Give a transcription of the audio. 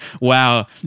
wow